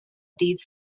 dydd